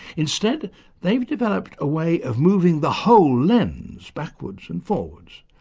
instead they've developed a way of moving the whole lens backwards and forwards.